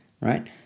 right